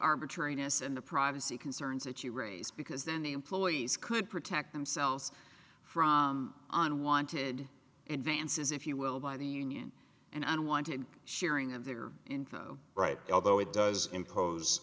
arbitrariness and the privacy concerns that you raise because then the employees could protect themselves from unwanted advances if you will by the union and unwanted sharing of their right although it does impose